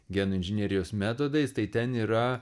genų inžinerijos metodais tai ten yra